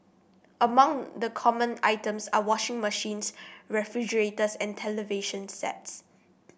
among the common items are washing machines refrigerators and television sets